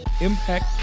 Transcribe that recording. impact